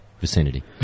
vicinity